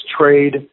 trade